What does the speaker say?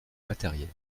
matérielle